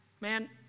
man